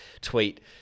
tweet